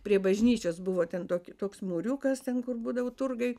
prie bažnyčios buvo ten tokį toks mūriukas ten kur būdavo turgai